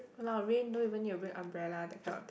!walao! rain don't even need to bring umbrella that kind of thing